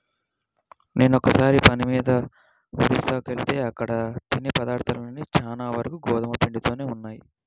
నేనొకసారి పని మీద ఒరిస్సాకెళ్తే అక్కడ తినే పదార్థాలన్నీ చానా వరకు గోధుమ పిండితోనే ఉన్నయ్